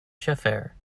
chauffeur